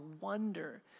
wonder